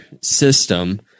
system